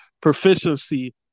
proficiency